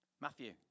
Matthew